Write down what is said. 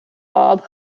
bob